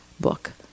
book